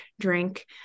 drink